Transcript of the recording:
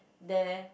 there